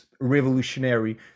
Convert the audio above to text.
revolutionary